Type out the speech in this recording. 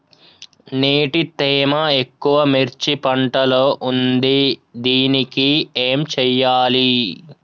నీటి తేమ ఎక్కువ మిర్చి పంట లో ఉంది దీనికి ఏం చేయాలి?